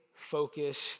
Focused